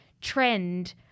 trend